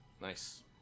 Nice